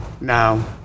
Now